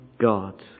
God